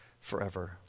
forever